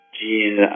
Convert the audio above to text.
gene